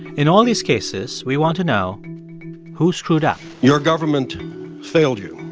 in all these cases, we want to know who screwed up? your government failed you.